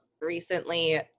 recently